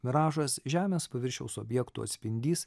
miražas žemės paviršiaus objektų atspindys